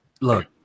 look